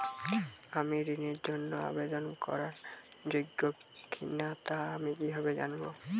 আমি ঋণের জন্য আবেদন করার যোগ্য কিনা তা আমি কীভাবে জানব?